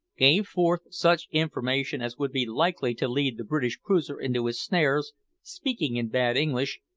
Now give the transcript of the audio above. gave forth such information as would be likely to lead the british cruiser into his snares speaking in bad english,